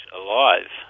alive